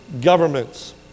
governments